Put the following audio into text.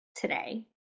today